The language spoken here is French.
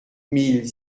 mille